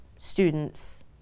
students